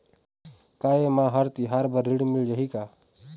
का ये मा हर तिहार बर ऋण मिल जाही का?